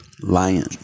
Lion